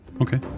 Okay